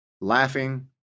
laughing